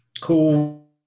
Cool